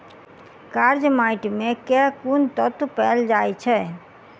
कार्य माटि मे केँ कुन तत्व पैल जाय छै?